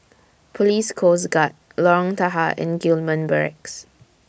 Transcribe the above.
Police Coast Guard Lorong Tahar and Gillman Barracks